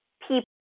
people